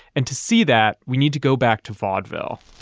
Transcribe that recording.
and to see that, we need to go back to vaudeville